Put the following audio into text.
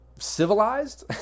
Civilized